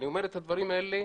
אני אומר את הדברים האלה